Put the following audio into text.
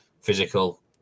physical